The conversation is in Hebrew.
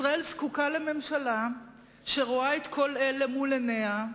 ישראל זקוקה לממשלה שרואה את כל אלה מול עיניה,